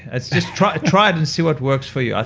it's just try try it and see what works for you. ah